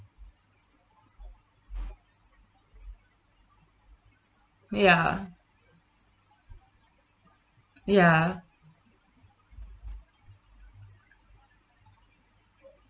ya ya